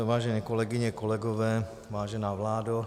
Vážené kolegyně, kolegové, vážená vládo.